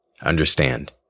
understand